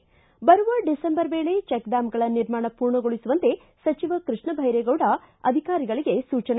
್ಟಿ ಬರುವ ಡಿಸೆಂಬರ್ ವೇಳೆ ಚೆಕ್ ಡ್ಕಾಂಗಳ ನಿರ್ಮಾಣ ಪೂರ್ಣಗೊಳಿಸುವಂತೆ ಸಚಿವ ಕೃಷ್ಣ ಬೈರೇಗೌಡ ಅಧಿಕಾರಿಗಳಿಗೆ ಸೂಚನೆ